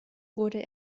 wurde